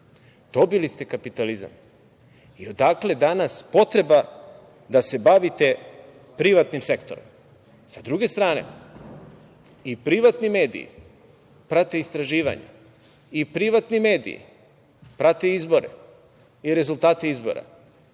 Dobili ste kapitalizam i odakle danas potreba da se bavite privatnim sektorom? Sa druge strane, i privatni mediji prate istraživanja i privatni mediji prate izbore i rezultate izbora.